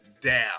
down